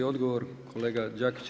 Odgovor kolega Đakić.